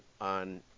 on